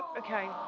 okay,